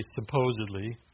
supposedly